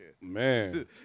Man